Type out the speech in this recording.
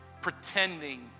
Pretending